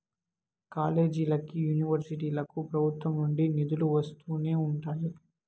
కాలేజీలకి, యూనివర్సిటీలకు ప్రభుత్వం నుండి నిధులు వస్తూనే ఉంటాయి